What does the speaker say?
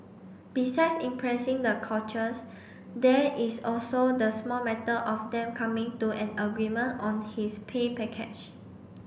besides impressing the coaches there is also the small matter of them coming to an agreement on his pay package